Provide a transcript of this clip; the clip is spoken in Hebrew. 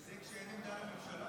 וזה כשאין עמדה לממשלה.